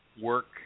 work